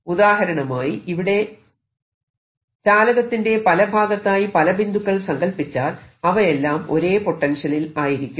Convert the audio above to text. ഉദാഹരണമായി ഇവിടെ ചാലകത്തിന്റെ പല ഭാഗത്തായി പല ബിന്ദുക്കൾ സങ്കല്പിച്ചാൽ അവയെല്ലാം ഒരേ പൊട്ടൻഷ്യലിൽ ആയിരിക്കും